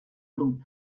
grup